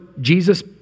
Jesus